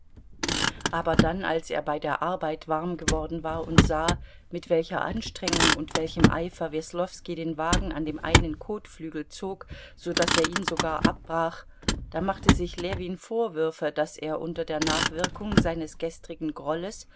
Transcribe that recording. aber dann als er bei der arbeit warm geworden war und sah mit welcher anstrengung und welchem eifer weslowski den wagen an dem einen kotflügel zog so daß er ihn sogar abbrach da machte sich ljewin vorwürfe daß er unter der nachwirkung seines gestrigen grolles